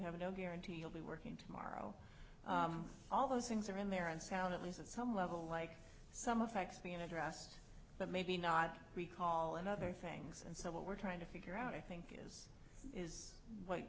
have no guarantee you'll be working tomorrow all those things are in there and sound at least at some level like some affects the an address but maybe not recall and other things and so what we're trying to figure out i think is